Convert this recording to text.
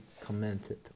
commented